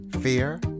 fear